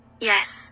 Yes